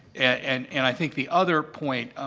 and and i think the other point,